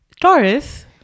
Taurus